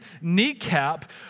kneecap